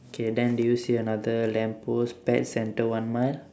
K then do you see another lamp post pet centre one mile